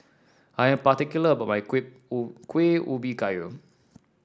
I am particular about my Kuih Ubi Kayu